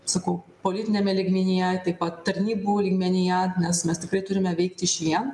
sakau politiniame lygmenyje taip pat tarnybų lygmenyje nes mes tikrai turime veikti išvien